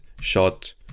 shot